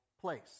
place